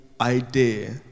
idea